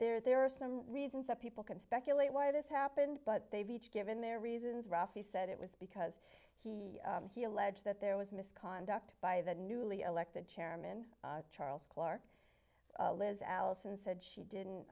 there there are some reasons that people can speculate why this happened but they've each given their reasons rafi said it was because he he alleged that there was misconduct by the newly elected chairman charles clarke liz allison said she didn't